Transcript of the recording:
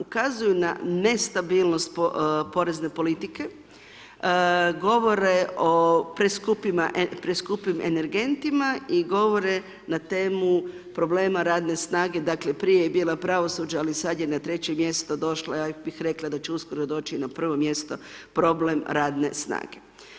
Ukazuju na nestabilnost porezne politike, govore o preskupim energentima i govore na temu problema radne snage, dakle prije je bila pravosuđe, ali sad je na treće mjesto došlo a ja bih rekla da će uskoro doći na prvo mjesto problem radne snage.